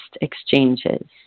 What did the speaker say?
exchanges